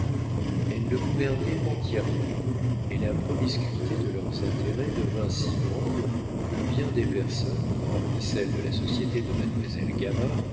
elle le gouvernait entièrement et la promiscuité de leurs intérêts devint si grande que bien des personnes parmi celles de la société de mademoiselle